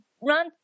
run